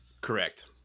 Correct